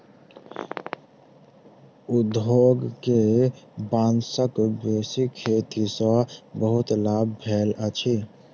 उद्योग के बांसक बेसी खेती सॅ बहुत लाभ भेल अछि